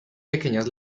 pequeñas